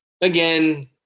again